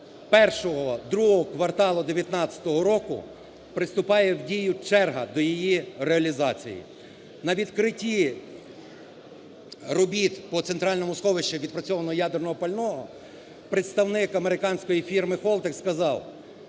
першого, другого кварталу 19-го року, приступає в дію черга до її реалізації. На відкритті робіт по центральному сховищу відпрацьованого ядерного пального представник американської фірми Holtec сказав,